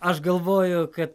aš galvoju kad